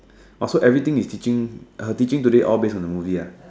oh so everything he teaching her teaching all today based on the movie ah